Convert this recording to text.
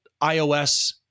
iOS